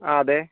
ആ അതെ